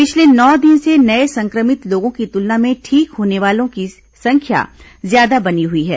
पिछले नौ दिन से नये संक्रमित लोगों की तुलना में ठीक होने वालों की संख्या ज्यादा बनी हुई है